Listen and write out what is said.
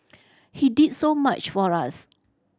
he did so much for us